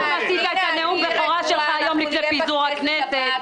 תציג את נאום הבכורה שלך היום לקראת פיזור כנסת -- פנינה,